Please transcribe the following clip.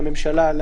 ש"על